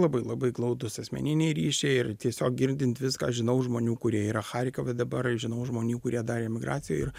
labai labai glaudūs asmeniniai ryšiai ir tiesiog girdint viską žinau žmonių kurie yra charkive dabar žinau žmonių kurie dar emigracijoj yra